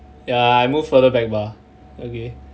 ya I moved further back bah okay